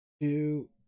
two